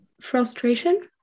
Frustration